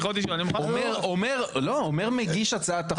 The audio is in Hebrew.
אומר, לא, אומר מגיש הצעת החוק.